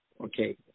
Okay